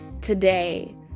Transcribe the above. Today